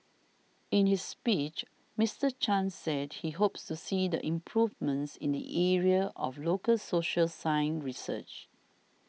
in his speech Mister Chan said he hopes to see the improvements in the area of local social science research